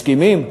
מסכימים?